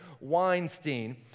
Weinstein